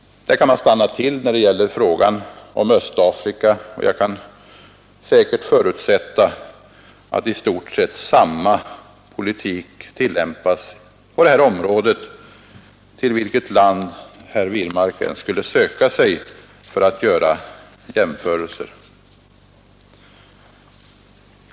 Där kan vi stanna till när det gäller frågan om Östafrika. Jag kan säkert förutsätta att i stort sett samma politik tillämpas på charterflygets område, till vilket land herr Wirmark än skulle söka sig för att göra jämförelser.